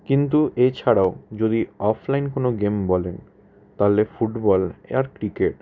কিন্তু এছাড়াও যদি অফলাইন কোনো গেম বলেন তাহলে ফুটবল আর ক্রিকেট